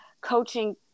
coaching